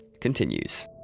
continues